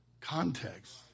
context